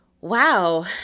Wow